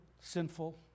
sinful